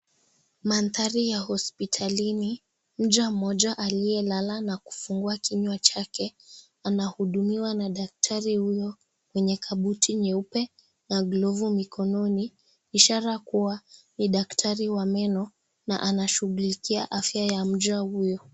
Mandhari ya hospitalini. Mja moja aliyelala na kufungua kinywa chake, anahudumiwa na daktari huyo mwenye kabuti nyeupe na glovu mikononi. Ishara kuwa, ni daktari wa meno na anashughulikia afya ya mja huyo.